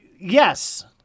Yes